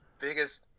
biggest